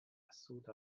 suda